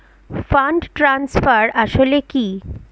Fund transfer আসলে কী?